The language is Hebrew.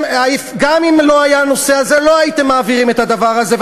גם אם לא היה הנושא הזה לא הייתם מעבירים את הדבר הזה,